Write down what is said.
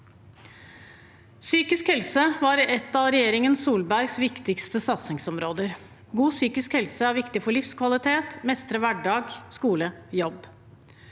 Psykisk helse var et av regjeringen Solbergs viktigste satsingsområder. God psykisk helse er viktig for livskvalitet og for å mestre hverdag, skole og jobb.